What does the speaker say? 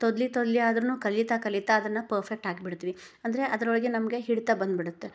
ತೊದ್ಲಿ ತೊದ್ಲಿ ಆದರೂನು ಕಲಿತಾ ಕಲಿತಾ ಅದನ್ನ ಪರ್ಫೆಕ್ಟ್ ಆಗ್ಬಿಡ್ತೀವಿ ಅಂದರೆ ಅದ್ರೂಳಗೆ ನಮಗೆ ಹಿಡಿತ ಬಂದ್ಬಿಡುತ್ತೆ